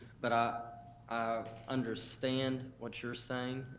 but ah i understand what you're saying,